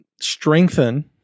strengthen